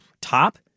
Top